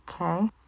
Okay